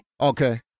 Okay